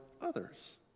others